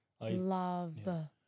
Love